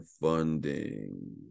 Funding